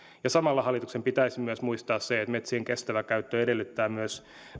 samalla hallituksen pitäisi myös muistaa se että metsien kestävä käyttö edellyttää myös